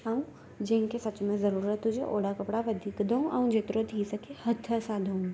ऐं जंहिंखे सच में ज़रूरुत हुजे अहिड़ा कपिड़ा वधीक धो ऐं जेतिरो थी सघे हथ सां धोऊं